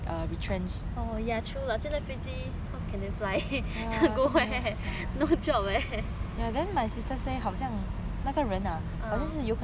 没有飞机 how can they fly go where no jobs leh !huh!